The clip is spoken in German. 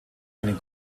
einen